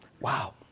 wow